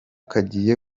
kagiye